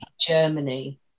Germany